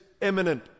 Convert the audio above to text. imminent